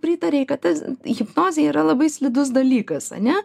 pritarei kad tas hipnozė yra labai slidus dalykas ane